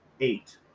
eight